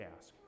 ask